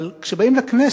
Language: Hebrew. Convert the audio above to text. אבל כשבאים לכנסת